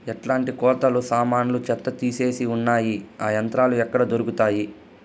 ఎట్లాంటి కోతలు సామాన్లు చెత్త తీసేకి వున్నాయి? ఆ యంత్రాలు ఎక్కడ దొరుకుతాయి?